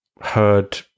heard